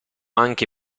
anche